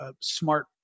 smart